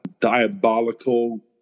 diabolical